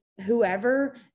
whoever